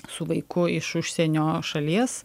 su vaiku iš užsienio šalies